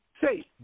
say